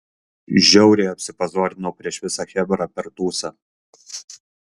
žiauriai apsipazorinau prieš visą chebrą per tūsą